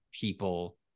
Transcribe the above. people